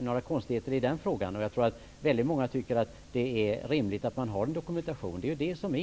några konstigheter i den frågan. Jag tror att många tycker att det är rimligt att ha en dokumentation.